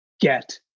get